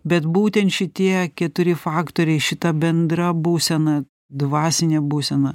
bet būtent šitie keturi faktoriai šita bendra būsena dvasinė būsena